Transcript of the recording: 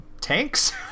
tanks